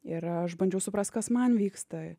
ir aš bandžiau suprast kas man vyksta